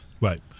Right